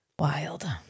wild